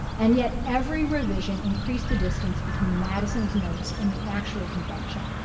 and yet, every revision increased the distance between madison's notes and the actual convention.